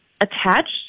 attached